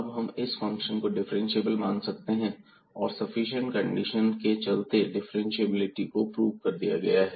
अब हम फंक्शन को डिफ्रेंशिएबल मान सकते हैं और सफिशिएंट कंडीशन के चलते डिफरेंटशिएबिलिटी को प्रूव कर दिया गया है